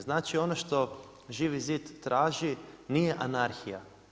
Znači ono što Živi zid traži nije anarhija.